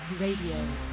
Radio